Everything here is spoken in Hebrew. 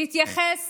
להתייחס